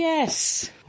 Yes